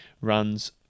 runs